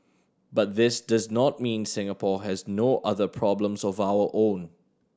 but this does not mean Singapore has no other problems of our own